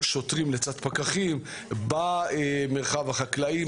שוטרים לצד פקחים במרחב החקלאי,